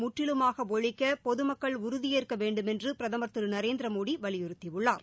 முற்றிலுமாக ஒழிக்க பொது மக்கள் உறுதியேற்க வேண்டும் என்று பிரதமர் திரு நரேந்திர மோடி வலியுறுத்தியுள்ளார்